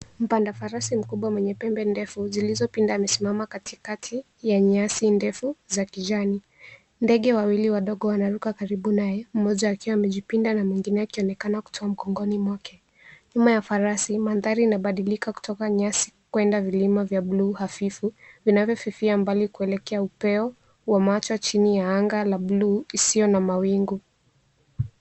Mpanda farasi mkubwa mwenye pembe ndefu zilizopinda, amesimama katikati ya nyasi ndefu za kijani. Ndege wawili wadogo wanaruka karibu naye, mmoja akiwa amejipinda na mwingine akionekana kutua mgongoni mwake. Nyuma ya farasi, mandhari inabadilika kutoka nyasi kwenda vilima vya bluu hafifu vinavyofifia mbali kuelekea upeo wa macho chini ya anga la buluu isiyo na mawingu.